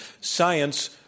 Science